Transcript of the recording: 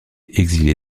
exilé